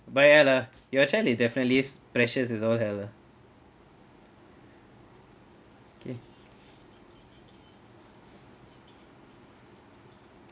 but ya lah your child is definitely precious as all hell lah okay